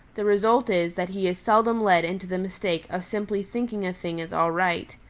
the result is that he is seldom led into the mistake of simply thinking a thing is all right.